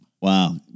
Wow